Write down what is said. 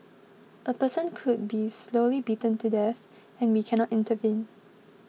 a person could be slowly beaten to death and we cannot intervene